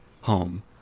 home